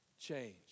Change